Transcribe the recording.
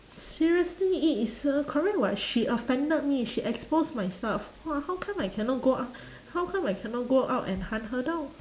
seriously it is uh correct [what] she offended me she expose my stuff !wah! how come I cannot go ou~ how come I cannot go out and hunt her down